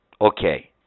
Okay